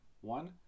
One